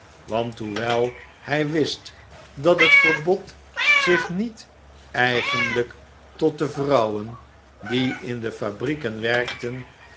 want hoewel hij wist dat het verbod zich niet eigenlijk tot de vrouwen die in de fabrieken werkten